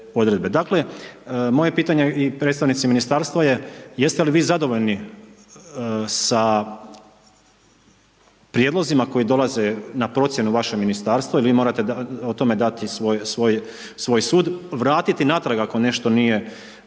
Dakle moje pitanje i predstavnici ministarstava je jeste li vi zadovoljni sa prijedlozima koji dolaze na procjenu u vaše ministarstvo i vi morate o tome dati svoj sud, vratiti natrag ako nešto nije u redu?